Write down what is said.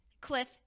Cliff